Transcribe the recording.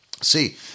see